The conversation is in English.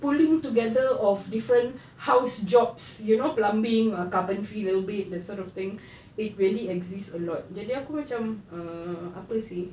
pulling together of different house jobs you know plumbing ah carpentry little bit that sort of thing it really exists a lot jadi aku macam err apa seh